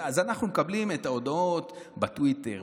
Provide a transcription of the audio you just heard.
אנחנו מקבלים את ההודעות בטוויטר,